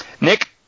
Nick